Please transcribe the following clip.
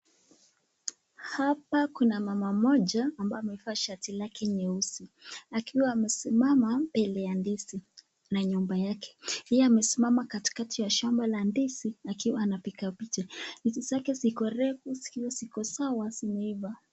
Hapa kuna mama moja ambao amevaa shati lake nyeusi akiwa amesimama mbele ya ndizi na nyumba yake pia amesimama katikati ya shamba la ndizi akiwa anapika picha, picha zake ziko sawa zimeiva.